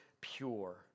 pure